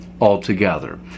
altogether